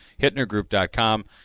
hittnergroup.com